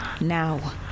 now